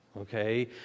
okay